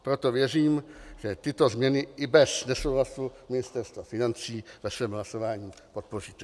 Proto věřím, že tyto změny i bez nesouhlasu Ministerstva financí ve svém hlasování podpoříte.